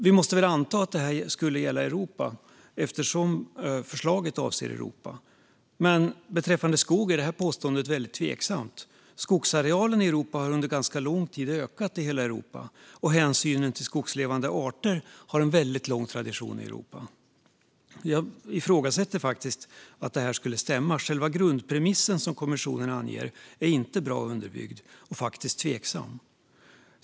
Vi måste väl anta att detta ska gälla Europa eftersom förslaget avser Europa. Men beträffande skog är påståendet ytterst tveksamt. Skogsarealen har under ganska lång tid ökat i hela Europa, och hänsynen till skogslevande arter har en mycket lång tradition här. Jag ifrågasätter att detta stämmer. Själva grundpremissen som kommissionen anger är inte bra underbyggd och faktiskt tveksam.